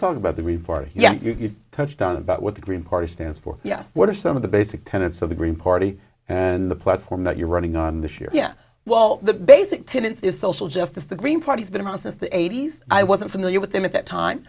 talk about the report yes you've touched on about what the green party stands for yes what are some of the basic tenets of the green party and the platform that you're running on this year yeah well the basic tenant is social justice the green party has been around since the eighty's i wasn't familiar with them at that time